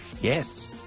yes